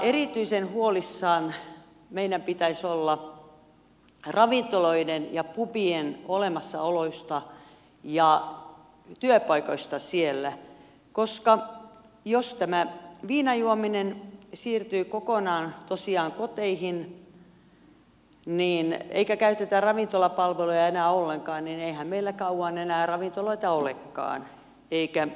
erityisen huolissamme meidän pitäisi olla ravintoloiden ja pubien olemassaoloista ja työpaikoista siellä koska jos tämä viinan juominen tosiaan siirtyy kokonaan koteihin eikä käytetä ravintolapalveluja enää ollenkaan niin eihän meillä kauan enää ravintoloita eikä anniskelupaikkoja olekaan